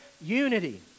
unity